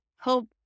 hope